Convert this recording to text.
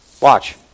Watch